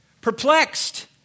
perplexed